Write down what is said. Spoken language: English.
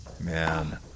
Man